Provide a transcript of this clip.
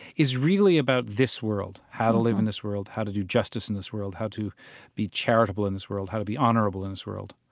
is really about this world, how to live in this world, how to do justice in this world, how to be charitable in this world, how to be honorable in this world,